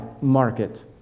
market